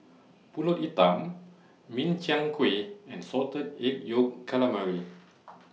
Pulut Hitam Min Chiang Kueh and Salted Egg Yolk Calamari